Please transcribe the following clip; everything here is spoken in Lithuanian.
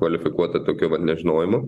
kvalifikuota tokiu va nežinojimu